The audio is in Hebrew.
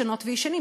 ישנות וישנים,